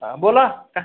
हा बोला काय